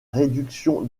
réduction